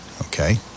Okay